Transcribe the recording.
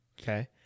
Okay